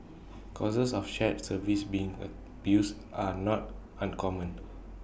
cases of shared services being abused are not uncommon